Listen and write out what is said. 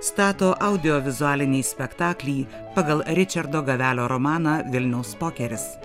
stato audiovizualinį spektaklį pagal ričardo gavelio romaną vilniaus pokeris